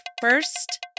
first